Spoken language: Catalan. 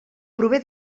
prové